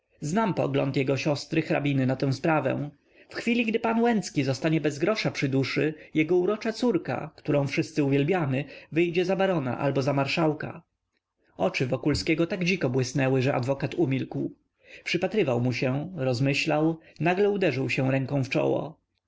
znam pogląd jego siostry hrabiny na tę sprawę w chwili gdy pan łęcki zostanie bez grosza przy duszy jego urocza córka którą wszyscy uwielbiamy wyjdzie za barona albo marszałka oczy wokulskiego tak dziko błysnęły że adwokat umilkł przypatrywał mu się rozmyślał nagle uderzył się ręką w czoło